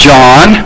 John